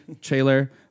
trailer